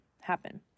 happen